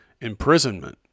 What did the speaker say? imprisonment